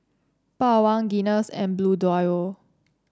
Bawang Guinness and Bluedio